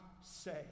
say